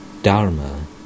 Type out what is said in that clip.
Dharma